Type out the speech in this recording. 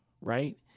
right